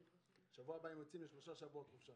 שבוע הבא הם יוצאים לשלושה שבועות חופשה.